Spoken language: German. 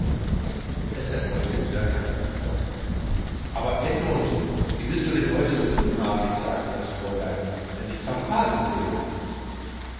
es erfolgte wieder keine antwort aber edmund wie bist du heute so unartig sagte das fräulein wenn dich papa so sähe